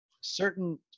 certain